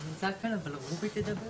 הוא נמצא, כן, אבל רובי תדבר?